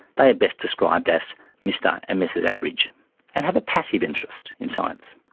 they are best described as mr and mrs average and have a passive interest in science.